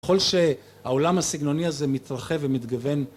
ככל שהעולם הסגנוני הזה מתרחב ומתגוון